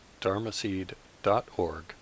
dharmaseed.org